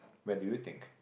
where do you think